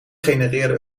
genereerde